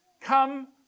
Come